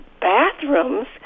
bathrooms